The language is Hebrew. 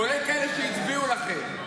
כולל כאלה שהצביעו לכם,